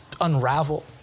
unravel